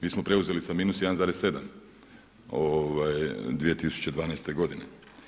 Mi smo preuzeli sa -1,7 2012. godine.